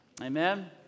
Amen